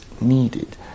needed